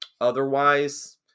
Otherwise